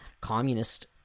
communist